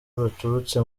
baturutse